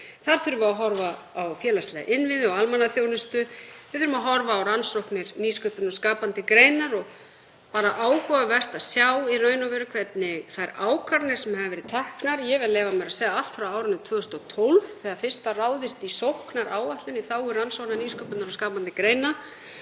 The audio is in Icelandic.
Þar þurfum við að horfa á félagslega innviði og almannaþjónustu. Við þurfum að horfa á rannsóknir, nýsköpun og skapandi greinar. Það er áhugavert að sjá hvernig þær ákvarðanir sem hafa verið teknar, ég vil leyfa mér að segja allt frá árinu 2012 þegar fyrst var ráðist í sóknaráætlun, í þágu rannsókna, nýsköpunar og skapandi greina